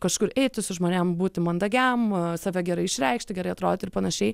kažkur eiti su žmonėm būti mandagiam save gerai išreikšti gerai atrodyti ir panašiai